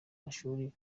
mashuri